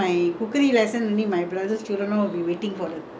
go home got extra cakes and all that